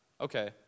Okay